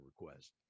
request